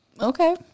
okay